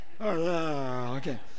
Okay